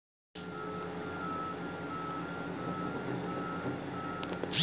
हरेली के दिन म सब्बो घर अपन हिसाब ले ठेठरी, खुरमी, बेरा, सुहारी, मुठिया, भजिया बनाए रहिथे